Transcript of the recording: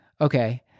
Okay